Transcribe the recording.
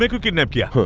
like you kidnap yeah